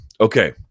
Okay